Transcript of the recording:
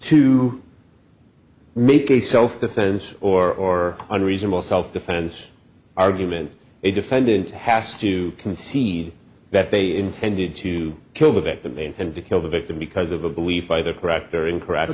to make a self defense or unreasonable self defense argument a defendant has to concede that they intended to kill the victim they intend to kill the victim because of a belief either correct or incorrect